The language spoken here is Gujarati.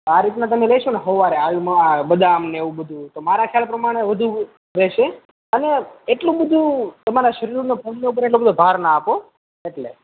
આ રીતના લેશોને તમે સવારે આ રીતના આલ્મંડ બદામને એવું બધું તો મારા ખ્યાલ પ્રમાણે વધું રહેશે અને એટલું બધું તમારા શરીરના પગના ઉપર એટલો બધો ભાર ન આપો એટલે